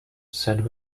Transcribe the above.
said